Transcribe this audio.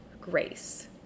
grace